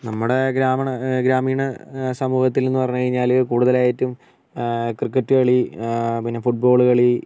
നമ്മുടെ ഗ്രാമണ ഗ്രാമീണ സമൂഹത്തിലെന്ന് പറഞ്ഞുകഴിഞ്ഞാൽ കൂടുതലായിട്ടും ക്രിക്കറ്റ് കളി പിന്നെ ഫുട്ബോള് കളി